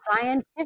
scientific